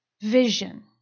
Vision